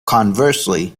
conversely